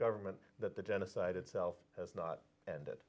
government that the genocide itself has not end